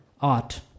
art